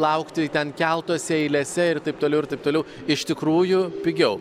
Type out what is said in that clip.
laukti ten keltuose eilėse ir taip toliau ir taip toliau iš tikrųjų pigiau